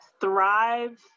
thrive